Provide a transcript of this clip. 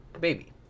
baby